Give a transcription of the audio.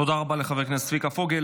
תודה רבה לחבר הכנסת צביקה פוגל.